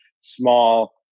small